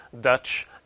Dutch